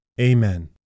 Amen